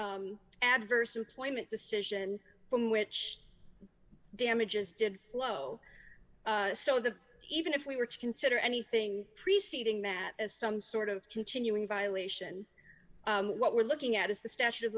adverse employment decision from which damages did flow so the even if we were to consider anything preceding that as some sort of continuing violation what we're looking at is the statute of